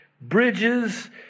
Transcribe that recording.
bridges